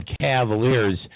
Cavaliers